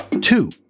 Two